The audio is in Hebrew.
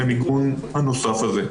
של המיגון הנוסף הזה.